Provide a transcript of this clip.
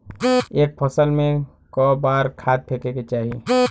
एक फसल में क बार खाद फेके के चाही?